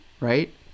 Right